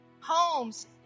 Homes